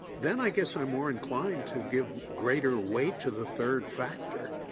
then i guess i'm more inclined to give greater weight to the third factor.